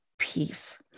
Peace